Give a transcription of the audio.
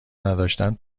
نداشتن